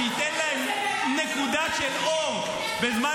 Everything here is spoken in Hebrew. שייתן להן נקודה של אור ------- בזמן